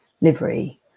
livery